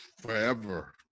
forever